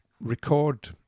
record